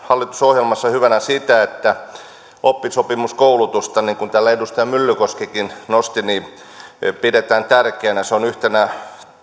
hallitusohjelmassa hyvänä sitä että oppisopimuskoulutusta niin kuin täällä edustaja myllykoskikin nosti pidetään tärkeänä se on yhtenä